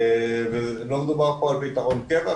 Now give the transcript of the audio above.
לא מדובר פה על פתרון קבע.